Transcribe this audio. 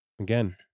Again